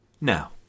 Now